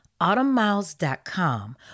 autumnmiles.com